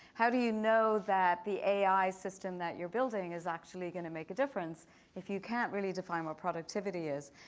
how do you know that the ai system that you're building is actually going to make a difference if you can't really define our productivity is?